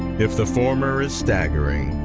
if the former is staggering,